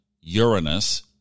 Uranus